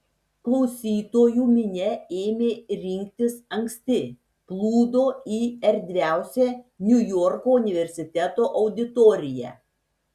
klausytojų minia ėmė rinktis anksti plūdo į erdviausią niujorko universiteto auditoriją